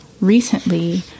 recently